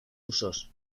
usos